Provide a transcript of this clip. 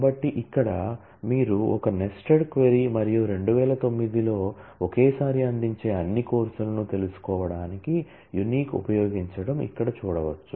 కాబట్టి ఇక్కడ మీరు ఒక నెస్టెడ్ క్వరీ మరియు 2009 లో ఒకేసారి అందించే అన్ని కోర్సులను తెలుసుకోవడానికి యూనిక్ ఉపయోగించడం ఇక్కడ చూడవచ్చు